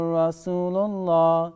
Rasulullah